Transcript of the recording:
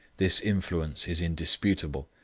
this influence is indisputable.